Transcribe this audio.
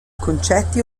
concetti